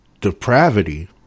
Depravity